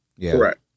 Correct